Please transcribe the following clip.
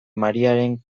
mariaren